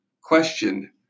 question